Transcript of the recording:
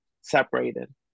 separated